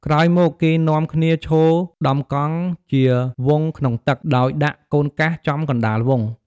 ក្រោយមកគេនាំគ្នាឈរដំកង់ជាវង់ក្នុងទឹក ដោយដាក់ "កូនកាស" ចំកណ្ដាលវង់។